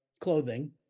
clothing